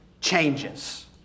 changes